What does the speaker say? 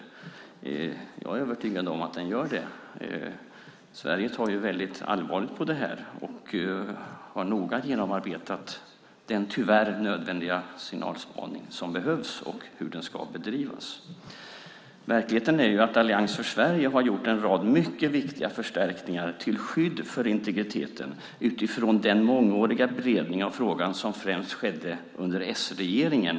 Jag är övertygad om att den gör det. Sverige tar mycket allvarligt på detta och har noga genomarbetat den tyvärr nödvändiga signalspaning som behövs och hur den ska bedrivas. Verkligheten är att Allians för Sverige har gjort en rad mycket viktiga förstärkningar till skydd för integriteten utifrån den mångåriga beredning av frågan som främst skedde under s-regeringen.